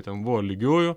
ten buvo lygiųjų